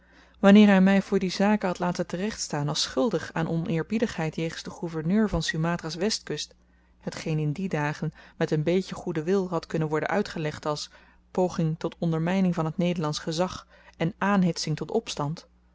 wanneer hy my voor die zaken had laten terechtstaan als schuldig aan oneerbiedigheid jegens den gouverneur van sumatra's westkust hetgeen in die dagen met een beetje goeden wil had kunnen worden uitgelegd als pooging tot ondermyning van t nederlandsch gezag en aanhitsing tot opstand